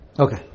Okay